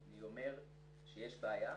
אני אומר שיש בעיה.